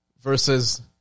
versus